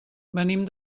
venim